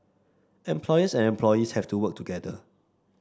employers and employees have to work together